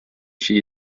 she